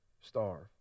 starve